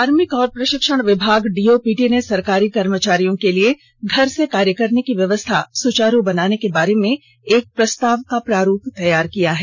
कार्मिक और प्रशिक्षण विभाग डीओपीटी ने सरकारी कर्मचारियों के लिए घर से कार्य करने की व्यवस्था को सुचारू बनाने के बारे में एक प्रस्ताव का प्रारूप तैयार किया है